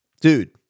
Dude